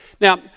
Now